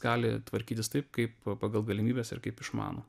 gali tvarkytis taip kaip pagal galimybes ir kaip išmano